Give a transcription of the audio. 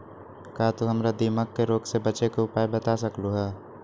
का तू हमरा दीमक के रोग से बचे के उपाय बता सकलु ह?